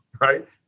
right